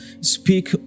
speak